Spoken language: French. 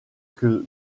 que